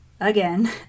again